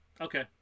Okay